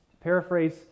paraphrase